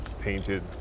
painted